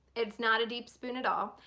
it's not a deep spoon at all.